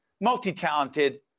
multi-talented